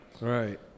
Right